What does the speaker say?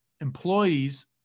employees